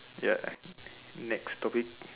ya next topic